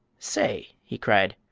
say! he cried,